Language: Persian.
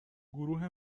گروه